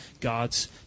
God's